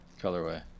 colorway